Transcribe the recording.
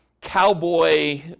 cowboy